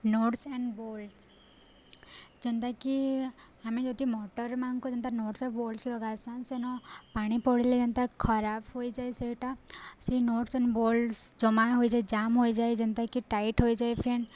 nuts and bolts ଯେନ୍ତାକି ଆମେ ଯଦି ମଟର୍ମାନ୍କୁ ଯେନ୍ତା ନଟ୍ସ ଆଣ୍ଡ୍ ବୋଲ୍ଟ୍ସ ଲଗାସନ୍ ସେନ ପାଣି ପଡ଼୍ଲେ ଯେନ୍ତା ଖରାପ୍ ହୋଇଯାଏ ସେଟା ସେଇ ନଟ୍ସ ଏଣ୍ଡ୍ ବୋଲ୍ଟ୍ସ ଜମା ହୋଇଯାଏ ଜାମ୍ ହୋଇଯାଏ ଯେନ୍ତାକି ଟାଇଟ୍ ହୋଇଯାଏ ଫେନ୍